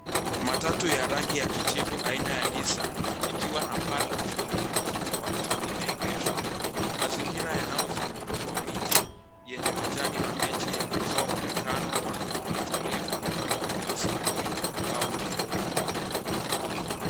Matatu ya rangi ya kijivu aina ya Nissan ikiwa na paa la juu lililofungwa limeegeshwa. Mazingira yanaozungukwa kwa miti yenye majani mabichi yakitoa mwonekano wa utulivu wa asubuhi au jioni.